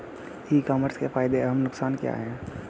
ई commerce के फायदे एवं नुकसान क्या हैं?